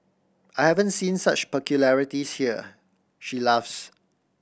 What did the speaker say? I haven't seen such peculiarities here she laughs